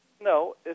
No